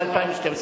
ב-2012.